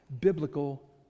biblical